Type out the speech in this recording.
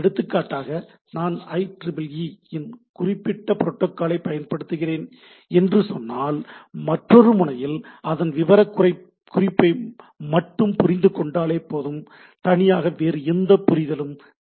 எடுத்துக்காட்டாக நான் IEEE இன் குறிப்பிட்ட புரோட்டாகாலை பின்பற்றுகிறேன் என்று சொன்னால் மற்றொரு முனையில் அதன் விவரக்குறிப்பை மட்டும் புரிந்து கொண்டாலே போதும் தனியாக வேறு எந்த புரிதலும் தேவையில்லை